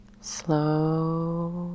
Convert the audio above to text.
Slow